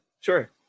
Sure